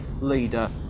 leader